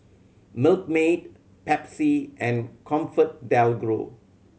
Milkmaid Pepsi and ComfortDelGro